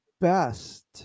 best